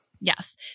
Yes